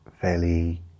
fairly